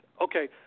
okay